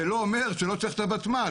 זה לא אומר שלא צריך את הוותמ"ל.